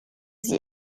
sie